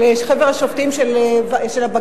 של חבר השופטים של בג"ץ,